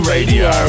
Radio